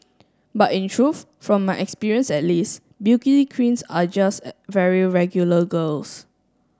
but in truth from my experience at least beauty queens are just very regular girls